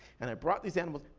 and i brought these animals,